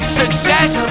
success